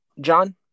John